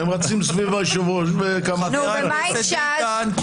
בתוך כמה זמן חייבים להעביר את זה בשנייה ובשלישית.